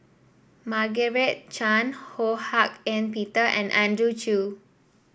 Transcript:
Margaret Chan Ho Hak Ean Peter and Andrew Chew